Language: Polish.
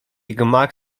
gmach